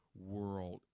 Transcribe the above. world